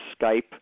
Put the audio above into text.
Skype